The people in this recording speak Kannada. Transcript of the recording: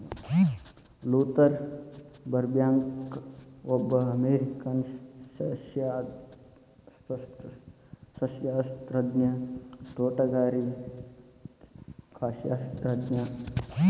ಲೂಥರ್ ಬರ್ಬ್ಯಾಂಕ್ಒಬ್ಬ ಅಮೇರಿಕನ್ಸಸ್ಯಶಾಸ್ತ್ರಜ್ಞ, ತೋಟಗಾರಿಕಾಶಾಸ್ತ್ರಜ್ಞ